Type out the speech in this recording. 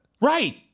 right